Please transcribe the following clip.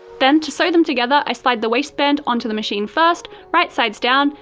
then, to sew them together, i slide the waistband onto the machine first, right sides down,